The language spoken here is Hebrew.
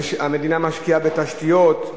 המדינה משקיעה בתשתיות,